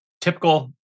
typical